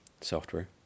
software